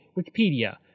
Wikipedia